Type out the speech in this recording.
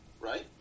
right